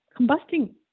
combusting